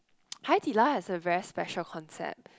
Haidilao has a very special concept